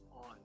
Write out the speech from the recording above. on